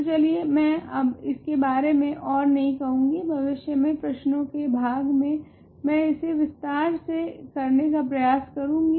तो चलिए मैं अब इसके बारे में ओर नहीं कहूँगी भविष्य में प्रश्नो के भाग मे मैं इसे विसटर से करने का प्रयास करूंगी